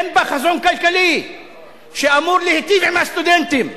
אין בה חזון כלכלי שאמור להיטיב עם הסטודנטים.